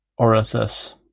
RSS